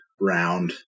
round